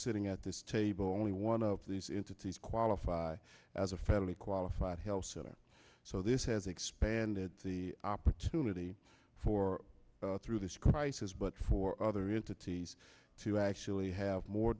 sitting at this table only one of these entities qualify as a federally qualified health center so this has expanded the opportunity for through this crisis but for other entities to actually have more